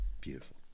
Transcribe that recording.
Beautiful